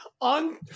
on